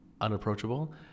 unapproachable